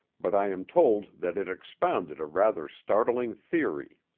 but i am told that it expounded a rather startling theory.